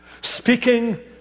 speaking